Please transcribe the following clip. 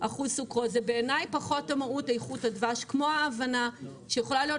בעיני פחות חשובה איכות הדבש כמו ההבנה שיכולה להיות